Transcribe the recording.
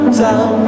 down